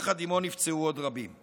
ויחד עימו נפצעו עוד רבים.